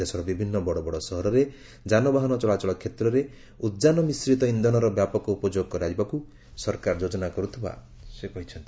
ଦେଶର ବିଭିନ୍ନ ବଡ଼ବଡ଼ ସହରରେ ଯାନବାହନ ଚଳାଚଳ କ୍ଷେତ୍ରରେ ଉଦ୍ଯାନ ମିଶ୍ରିତ ଇନ୍ଧନରେ ବ୍ୟାପକ ଉପଯୋଗ କରିବାକୁ ସରକାର ଯୋଜନା କରୁଥିବା ସେ କହିଛନ୍ତି